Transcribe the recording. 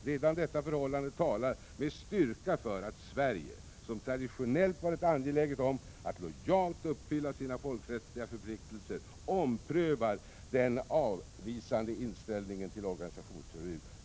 Redan detta förhållande talar med styrka för att Sverige, som traditionellt varit angeläget om att lojalt uppfylla sina folkrättsliga åtaganden, omprövar den avvisande inställningen till ett organisationsförbud.